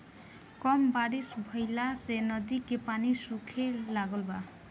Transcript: कम बारिश भईला से नदी के पानी सूखे लागल बा